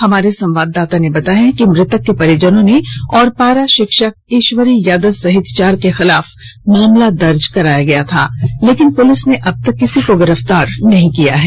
हमारे संवाददाता ने बताया है कि मृतक के परिजनों ने और पारा शिक्षक ईश्वरी यादव सहित चार के खिलाफ मामला दर्ज कराया था लेकिन पुलिस ने अब तक किसी को गिरफ्तार नहीं की है